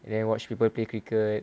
then you watch people play cricket